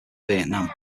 vietnam